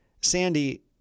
Sandy